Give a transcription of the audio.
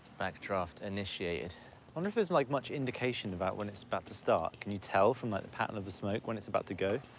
backdraft initiated. i wonder if there's like much indication about when it's about to start. can you tell from the pattern of the smoke when it's about to go?